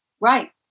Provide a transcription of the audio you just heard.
right